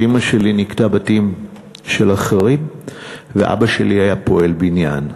אימא שלי ניקתה בתים של אחרים ואבא שלי היה פועל בניין,